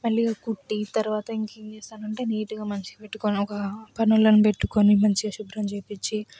మళ్ళీ కుట్టి తరవాత ఇంకేం చేస్తానంటే నీట్గా మనిషిని పెట్టుకుని ఒక పని వాని పెట్టుకుని మంచిగా శుభ్రం చేయించి